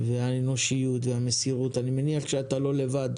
האנושיות והמסירות, אני מניח שאתה לא לבד,